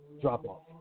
drop-off